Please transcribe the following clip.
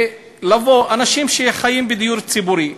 אנשים שחיים בדיור ציבורי.